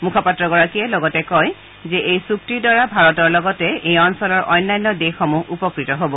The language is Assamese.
মুখপাত্ৰগৰাকীয়ে লগতে কয় যে এই চুক্তিৰ দ্বাৰা ভাৰতৰ লগতে এই অঞ্চলৰ অন্যান্য দেশসমূহ উপকৃত হব